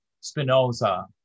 Spinoza